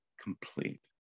complete